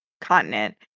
continent